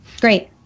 Great